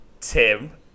Tim